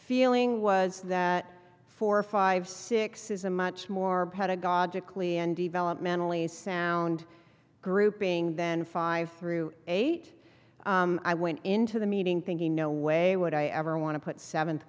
feeling was that four five six is a much more pedagogically and developmentally sound grouping then five through eight i went into the meeting thinking no way would i ever want to put seventh